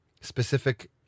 specific